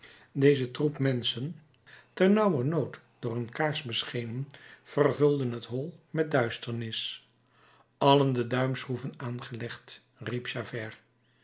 deze troep menschen ternauwernood door een kaars beschenen vervulden het hol met duisternis allen de duimschroeven aangelegd riep javert